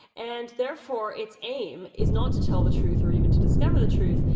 and therefore its aim is not to tell the truth or even to discover the truth,